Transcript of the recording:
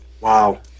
Wow